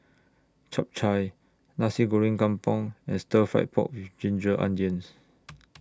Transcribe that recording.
Chap Chai Nasi Goreng Kampung and Stir Fry Pork with Ginger Onions